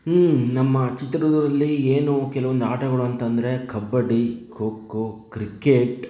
ನಮ್ಮ ಚಿತ್ರದುರ್ಗದಲ್ಲಿ ಏನು ಕೆಲವೊಂದು ಆಟಗಳು ಅಂತಂದರೆ ಕಬಡ್ಡಿ ಖೋ ಖೋ ಕ್ರಿಕೆಟ್